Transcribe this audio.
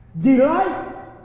Delight